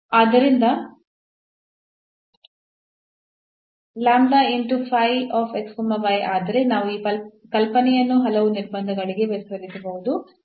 ಆದ್ದರಿಂದ ಆದರೆ ನಾವು ಈ ಕಲ್ಪನೆಯನ್ನು ಹಲವು ನಿರ್ಬಂಧಗಳಿಗೆ ವಿಸ್ತರಿಸಬಹುದು